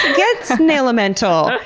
get snailamental.